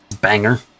banger